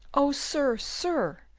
oh, sir, sir!